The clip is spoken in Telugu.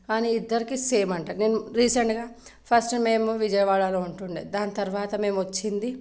కానీ ఇద్దరికి సేమ్ అంట నేను రీసెంట్గా ఫస్ట్ మేము విజయవాడలో ఉంటు ఉండే దాని తర్వాత మేము వచ్చింది